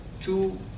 two